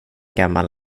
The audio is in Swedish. gammal